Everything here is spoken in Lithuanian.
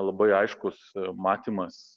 labai aiškus matymas